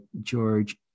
George